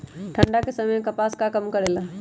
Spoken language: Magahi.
ठंडा के समय मे कपास का काम करेला?